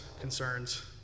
concerns